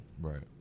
Right